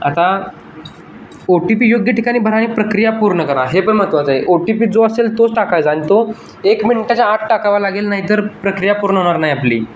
आता O T P योग्य ठिकाणी भरा आणि प्रक्रिया पूर्ण करा हे पण महत्त्वाचं आहे ओ टी पी जो असेल तोच टाकायचा आणि तो एक मिनटाच्या आत टाकावा लागेल नाहीतर प्रक्रिया पूर्ण होणार नाही आपली